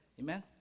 Amen